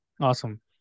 Awesome